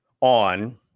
on